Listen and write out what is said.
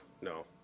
No